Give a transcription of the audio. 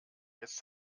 jetzt